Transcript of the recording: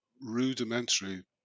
rudimentary